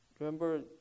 Remember